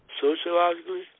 sociologically